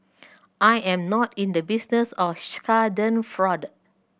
I am not in the business of schadenfreude